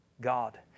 God